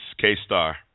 K-Star